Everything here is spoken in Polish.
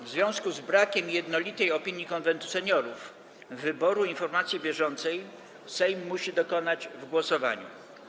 W związku z brakiem jednolitej opinii Konwentu Seniorów wyboru informacji bieżącej Sejm musi dokonać w głosowaniu.